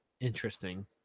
interesting